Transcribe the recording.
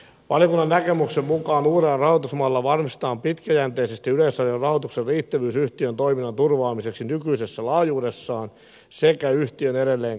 valiokunnan näkemyksen mukaan uudella rahoitusmallilla varmistetaan pitkäjänteisesti yleisradion rahoituksen riittävyys yhtiön toiminnan turvaamiseksi nykyisessä laajuudessaan sekä yhtiön edelleenkehittäminen